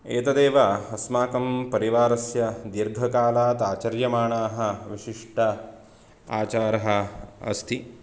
एतदेव अस्माकं परिवारस्य दीर्घकालात् आचर्यमाणाः विशिष्टः आचारः अस्ति